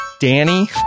Danny